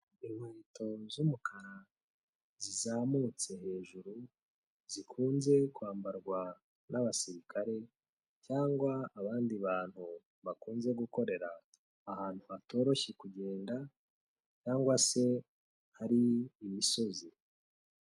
Inkweto z'umukara zizamutse hejuru, zikunze kwambarwa n'abasirikare cyangwa abandi bantu bakunze gukorera ahantu hatoroshye kugenda cyangwa se hari imisozi.